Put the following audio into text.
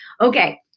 Okay